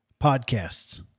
podcasts